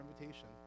invitation